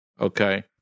okay